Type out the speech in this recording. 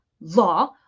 law